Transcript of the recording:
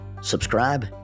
subscribe